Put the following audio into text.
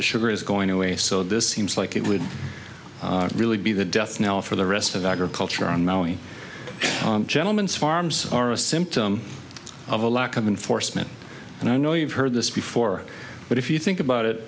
the sugar is going away so this seems like it would really be the death knell for the rest of agriculture on maui gentlemens farms are a symptom of a lack of enforcement and i know you've heard this before but if you think about it